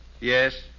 Yes